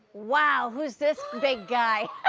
wow, who's this big guy?